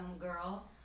girl